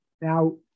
now